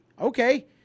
okay